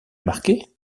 marquet